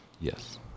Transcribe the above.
Yes